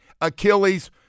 Achilles